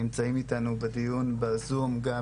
נמצאים איתנו בדיון בזום גם